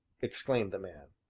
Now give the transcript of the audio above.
exclaimed the man.